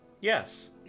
Yes